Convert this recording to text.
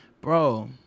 bro